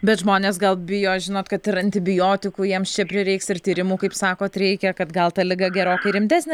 bet žmonės gal bijo žinot kad ir antibiotikų jiems čia prireiks ir tyrimų kaip sakot reikia kad gal ta liga gerokai rimtesnė